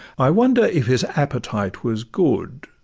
i wonder if his appetite was good?